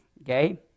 Okay